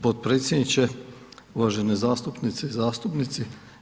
Potpredsjedniče, uvažene zastupnice i zastupnici.